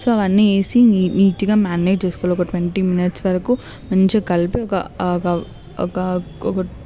so అవన్నీ వేసి నీట్గా మారినేడ్ చేసుకోవాలి ఒక ట్వంటీ మినిట్స్ వరకు మంచి కల్పి ఒక ఒక